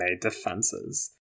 defenses